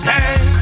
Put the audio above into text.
Hey